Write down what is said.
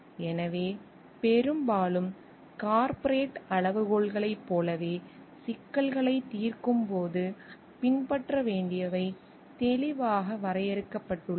எனவே பெரும்பாலும் கார்ப்பரேட் அளவுகோல்களைப் போலவே சிக்கல்களைத் தீர்க்கும் போது பின்பற்ற வேண்டியவை தெளிவாக வரையறுக்கப்பட்டுள்ளன